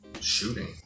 Shooting